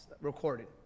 recorded